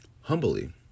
Humbly